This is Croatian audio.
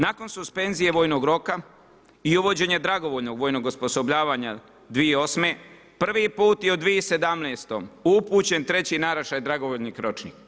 Nakon suspenzije vojnog roka i uvođenje dragovoljnog vojnog osposobljavanja 2008. prvi put i u 2017. upućen treći naraštaj dragovoljnih ročnika.